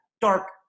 dark